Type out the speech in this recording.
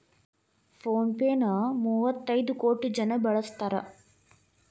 phone pay ನ ಮುವ್ವತೈದ್ ಕೋಟಿ ಜನ ಬಳಸಾಕತಾರ